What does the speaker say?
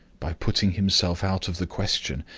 by putting himself out of the question,